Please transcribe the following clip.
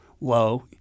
low